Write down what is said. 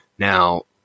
Now